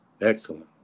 Excellent